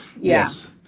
Yes